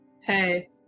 Hey